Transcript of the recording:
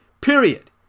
Period